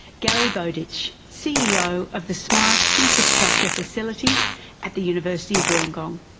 gary bowditch, ceo of the smart infrastructure facility at the university of wollongong.